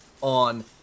on